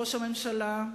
ראש הממשלה,